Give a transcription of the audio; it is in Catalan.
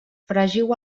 fregiu